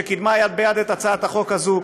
שקידמה יד ביד את הצעת החוק הזאת,